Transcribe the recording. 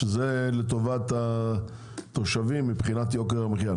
שזה לטובת התושבים מבחינת יוקר המחיה,